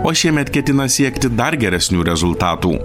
o šiemet ketina siekti dar geresnių rezultatų